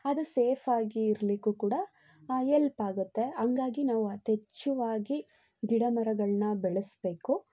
ಅದು ಸೇಫಾಗಿ ಇರಲಿಕ್ಕು ಕೂಡ ಎಲ್ಪಾಗುತ್ತೆ ಹಂಗಾಗಿ ನಾವು ಎಥೇಚ್ಛವಾಗಿ ಗಿಡಮರಗಳನ್ನ ಬೆಳಸಬೇಕು